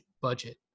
budget